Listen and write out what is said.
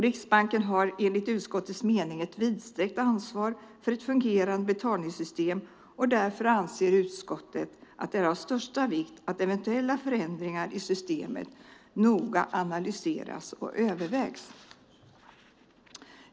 Riksbanken har enligt utskottets mening ett vidsträckt ansvar för ett fungerande betalningssystem, och därför anser utskottet att det är av största vikt att eventuella förändringar i systemet noga analyseras och övervägs.